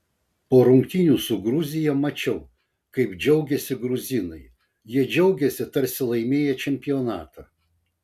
po rungtynių su gruzija mačiau kaip džiaugėsi gruzinai jie džiaugėsi tarsi laimėję čempionatą